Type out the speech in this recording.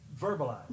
verbalize